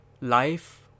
life